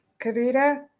Kavita